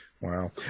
Wow